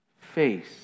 face